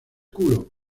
culo